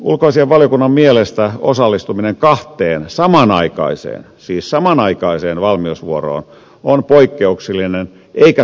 ulkoasiainvaliokunnan mielestä osallistuminen kahteen samanaikaiseen siis samanaikaiseen valmiusvuoroon on poikkeuksellinen eikä toivottava järjestely